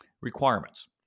requirements